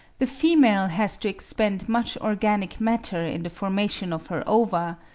the female has to expend much organic matter in the formation of her ova,